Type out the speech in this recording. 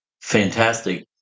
fantastic